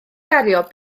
gario